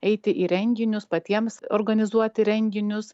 eiti į renginius patiems organizuoti renginius